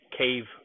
cave